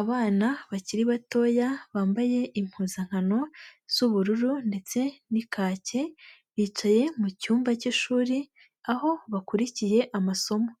Abana bakiri batoya bambaye impuzankano z'ubururu ndetse n'ikake, bicaye mu cyumba cy'ishuri aho bakurikiye amasomo,